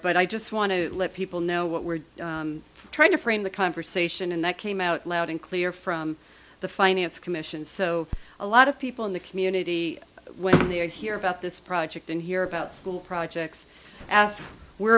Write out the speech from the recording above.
but i just want to let people know what we're trying to frame the conversation and that came out loud and clear from the finance commission so a lot of people in the community when they hear about this project and hear about school projects ask where